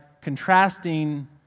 contrasting